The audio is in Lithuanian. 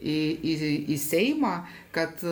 į į į seimą kad